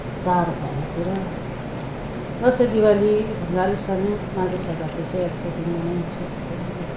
चाड भन्ने कुरा दसैँ दिवालीभन्दा अलिक सानो माघे संक्रान्ति चाहिँ अलिकति मनाइन्छ सबैले